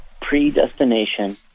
predestination